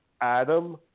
Adam